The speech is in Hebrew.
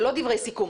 זה לא דברי סיכום,